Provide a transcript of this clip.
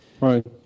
right